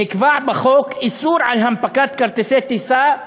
נקבע בחוק איסור הנפקת כרטיסים לטיסה,